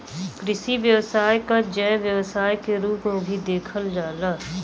कृषि व्यवसाय क जैव व्यवसाय के रूप में भी देखल जाला